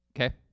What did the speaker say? Okay